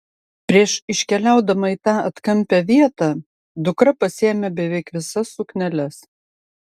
prieš iškeliaudama į tą atkampią vietą dukra pasiėmė beveik visas sukneles